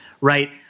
Right